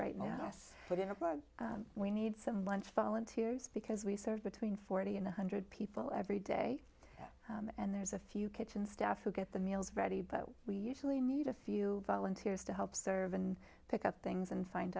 right now yes but in a plug we need some lunch volunteers because we serve between forty and one hundred people every day and there's a few kitchen staff who get the meals ready but we usually need a few volunteers to help serve and pick up things and find